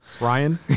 Ryan